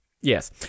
Yes